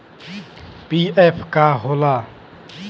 PF का होला?